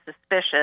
suspicious